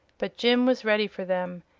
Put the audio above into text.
but jim was ready for them,